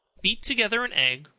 beat together an egg,